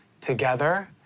together